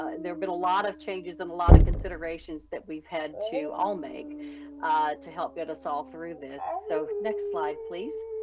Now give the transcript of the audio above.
ah been a lot of changes in a lot of considerations that we've had to all make to help get us all through this. so next slide please.